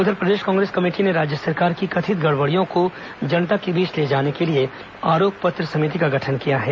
उधर प्रदेश कांग्रेस कमेटी ने राज्य सरकार की कथित गड़बड़ियों को जनता के बीच ले जाने के लिए आरोप पत्र समिति का गठन किया है